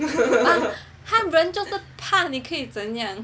他人就是怕你可以这样